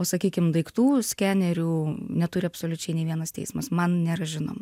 o sakykim daiktų skenerių neturi absoliučiai nei vienas teismas man nėra žinoma